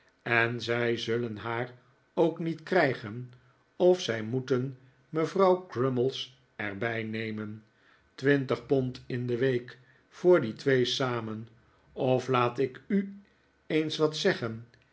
en zij zullen haar ook niet krijgen of zij moeten mevrouw crummies er bij nemen twintig pond in de week voor die twee samen of laat ik u eens wat zeggen